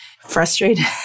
frustrated